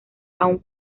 aun